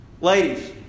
Ladies